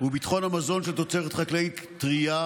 וביטחון המזון של תוצרת חקלאית טרייה,